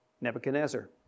Nebuchadnezzar